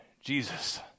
Jesus